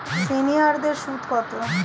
সিনিয়ারদের সুদ কত?